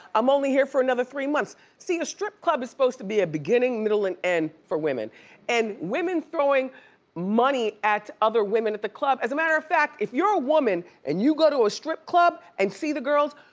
i'm only here for another three months. see, a strip club is supposed to be a beginning, a middle and end for women and women throwing money at other women at the club, as a matter of fact if you're a woman and you go to a strip club and see the girls,